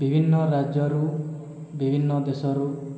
ବିଭିନ୍ନ ରାଜ୍ୟରୁ ବିଭିନ୍ନ ଦେଶରୁ